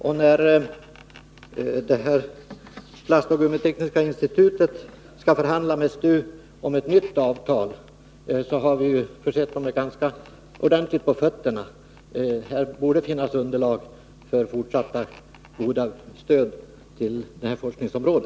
När nu Plastoch gummitekniska institutet skall förhandla med STU om ett nytt avtal, så har vi gett dem ganska mycket under fötterna. Det borde finnas underlag för ett fortsatt gott stöd till detta forskningsområde.